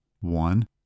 One